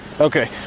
Okay